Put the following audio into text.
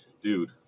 dude